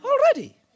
Already